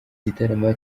gitaramo